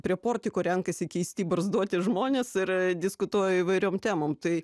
prie portiko renkasi keisti barzdoti žmonės ir diskutuoja įvairiom temom tai